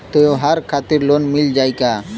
त्योहार खातिर लोन मिल जाई का?